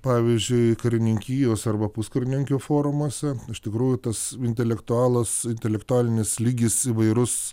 pavyzdžiui karininkijos arba puskarininkių forumuose iš tikrųjų tas intelektualas intelektualinis lygis įvairus